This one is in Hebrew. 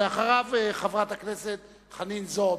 אחריו, חברת הכנסת חנין זועבי.